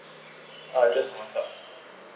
I will just WhatsApp